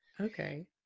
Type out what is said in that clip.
Okay